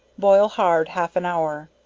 boil hard half an hour,